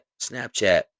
Snapchat